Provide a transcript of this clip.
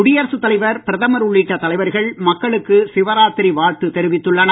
குடியரசுத் தலைவர் பிரதமர் உள்ளிட்ட தலைவர்கள் மக்களுக்கு சிவராத்திரி வாழ்த்து தெரிவித்துள்ளனர்